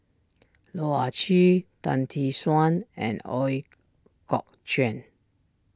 Loh Ah Chee Tan Tee Suan and Ooi Kok Chuen